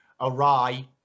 awry